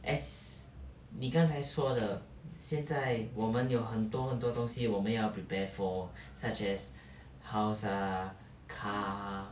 as 你刚才说的现在我们有很多很多东西我们要 prepare for such as house ah car ah